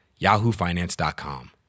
yahoofinance.com